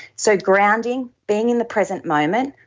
so, grounding, being in the present moment,